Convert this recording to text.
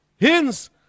hence